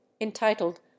entitled